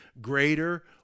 greater